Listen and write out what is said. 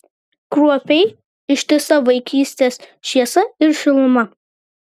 kruopiai ištisa vaikystės šviesa ir šiluma